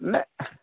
ନା